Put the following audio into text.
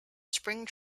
spring